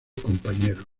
compañeros